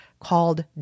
called